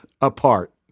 apart